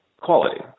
quality